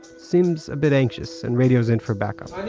seems a bit anxious, and radios in for back-up